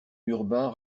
urbain